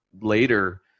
later